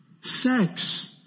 Sex